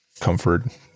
comfort